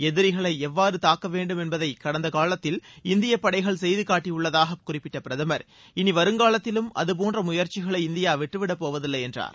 எதிரிகளை எவ்வாறு தாக்க வேண்டும் என்பதை கடந்த காலத்தில் இந்தியப்படைகள் செய்து காட்டியுள்ளதாக குறிப்பிட்ட பிரதமர் இனி வருங்காலத்திலும் அதுபோன்ற முயற்சிகளை இந்தியா விட்டுவிடப் போவதில்லை என்றார்